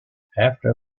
after